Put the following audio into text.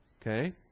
Okay